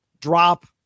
drop